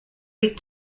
week